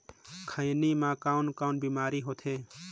खैनी म कौन कौन बीमारी होथे?